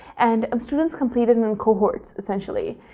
and um students complete it in and cohorts essentially.